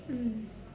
mm